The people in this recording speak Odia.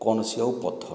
କୌଣସି ଆଉ ପଥ ନାହିଁ